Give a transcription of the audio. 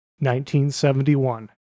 1971